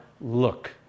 look